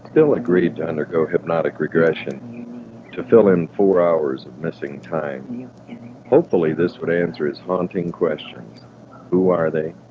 bill agreed to undergo hypnotic regression to fill in four hours of missing time hopefully this would answer his haunting questions who are they?